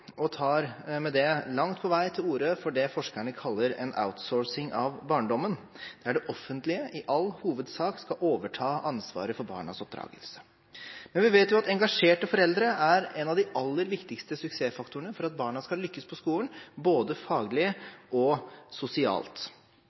og tar med det langt på vei til orde for det forskerne kaller en outsourcing av barndommen, der det offentlige i all hovedsak skal overta ansvaret for barnas oppdragelse. Men vi vet jo at engasjerte foreldre er en av de aller viktigste suksessfaktorene for at barna skal lykkes på skolen, både faglig og sosialt.